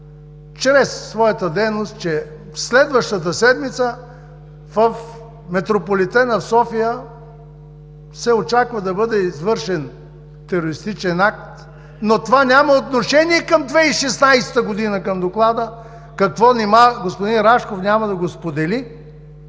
чрез своята дейност, че следващата седмица в „Метрополитен“-а в София се очаква да бъде извършен терористичен акт, но това няма отношение към 2016 г. към Доклада, нима господин Рашков няма да го сподели?!